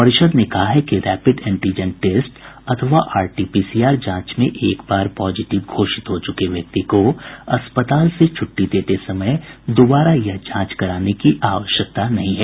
परिषद ने कहा है कि रैपिड एंटीजन टेस्ट अथवा आरटी पीसीआर जांच में एक बार पॉजिटिव घोषित हो चुके व्यक्ति को अस्पताल से छुट्टी देते समय दुबारा यह जांच कराने की आवश्यकता नहीं है